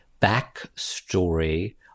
backstory